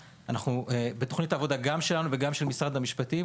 בתכנית העבודה שלנו ושל משרד המשפטים